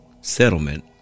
settlement